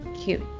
cute